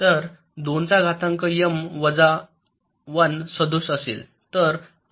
तर 2 चा घातांक M वजा १ सदोष असेल